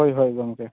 ᱦᱳᱭ ᱦᱳᱭ ᱜᱚᱢᱠᱮ